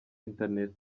internet